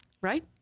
right